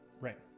Right